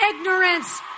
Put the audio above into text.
ignorance